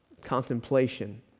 Contemplation